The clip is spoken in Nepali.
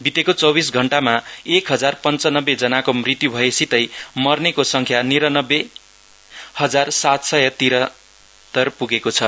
बितेको चौबीस घण्टा मा एक हजार पञ्चानब्बे जनाको मृत्यु भएसितै मर्नेको सङ्ख्या निनाब्बे हजार सात सय तीरतर पुगेको छ